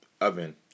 oven